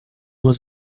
was